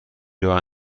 راه